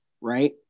right